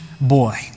boy